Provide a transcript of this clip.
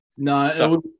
No